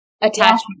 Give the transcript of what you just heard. attachment